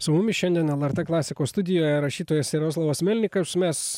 su mumis šiandien lrt klasikos studijoje rašytojas jaroslavas melnikas mes